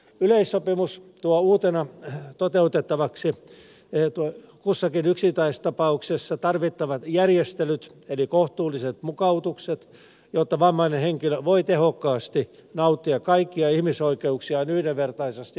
yleissopimus tuo uutena toteutettavaksi kussakin yksittäista pauksessa tarvittavat järjestelyt eli kohtuulliset mukautukset jotta vammainen henkilö voi tehokkaasti nauttia kaikkia ihmisoikeuksiaan yhdenvertaisesti muiden kanssa